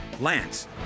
LANCE